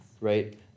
right